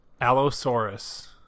Allosaurus